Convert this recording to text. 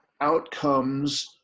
outcomes